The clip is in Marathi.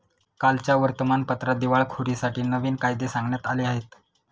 कालच्या वर्तमानपत्रात दिवाळखोरीसाठी नवीन कायदे सांगण्यात आले आहेत